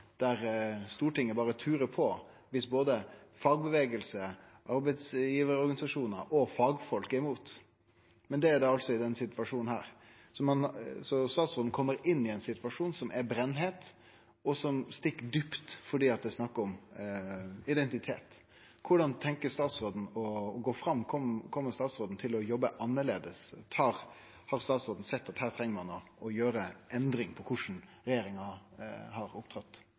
der Stortinget berre turar fram sjølv om både fagbevegelse, arbeidsgivarorganisasjonar og fagfolk er imot. Men slik er det altså i denne situasjonen. Så statsråden kjem inn i ein situasjon som er brennheit, og som stikk djupt fordi det er snakk om identitet. Korleis tenkjer statsråden å gå fram? Kjem statsråden til å jobbe annleis? Har statsråden sett at her treng ein å gjere endringar – med omsyn til korleis regjeringa har opptrett?